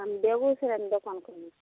हम बेगुसरायमे दोकान खोलने छी